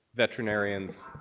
veterinarians,